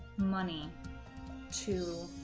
money to